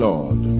Lord